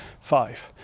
Five